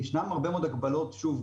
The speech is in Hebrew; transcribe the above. ישנן הרבה מאוד הגבלות לגבי תקופת הקורונה.